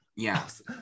Yes